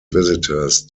visitors